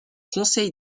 conseil